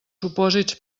supòsits